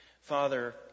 Father